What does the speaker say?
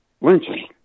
lynching